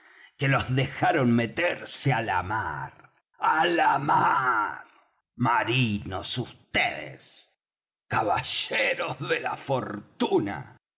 que los dejaron meterse á la mar á la mar marinos vds caballeros de la fortuna